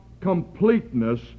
completeness